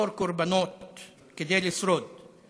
ליצור קורבנות כדי לשרוד?